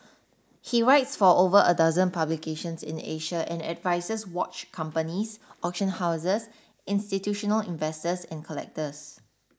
he writes for over a dozen publications in Asia and advises watch companies auction houses institutional investors and collectors